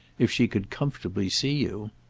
if she could comfortably see you.